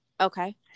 Okay